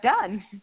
done